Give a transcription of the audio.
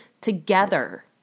together